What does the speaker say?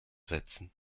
setzen